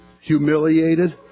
humiliated